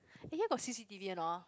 eh here got C_C_T_V or no